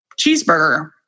cheeseburger